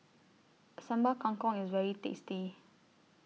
Sambal Kangkong IS very tasty